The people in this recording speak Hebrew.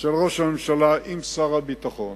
של ראש הממשלה עם שר הביטחון